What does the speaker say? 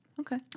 Okay